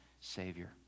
Savior